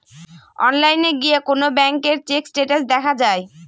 অনলাইনে গিয়ে কোন ব্যাঙ্কের চেক স্টেটাস দেখা যায়